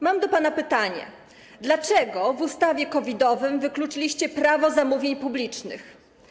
Mam do pana pytanie: Dlaczego w ustawie COVID-owej wykluczyliście Prawo zamówień publicznych?